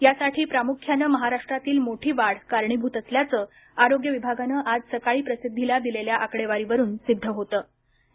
यासाठी प्रामुख्यानं महाराष्ट्रातील मोठी वाढ कारणीभूत असल्याचं आरोग्य विभागानं आज सकाळी प्रसिद्धीला दिलेल्या आकडेवारीवरून सिद्ध होतं